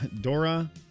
Dora